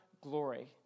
glory